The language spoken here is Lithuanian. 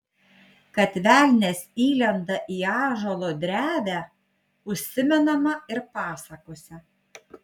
kad velnias įlenda į ąžuolo drevę užsimenama ir pasakose